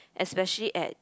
especially at